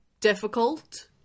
difficult